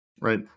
right